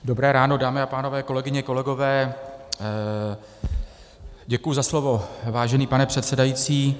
Dobré ráno, dámy a pánové, kolegyně, kolegové, děkuji za slovo, vážený pane předsedající.